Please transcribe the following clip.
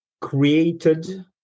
created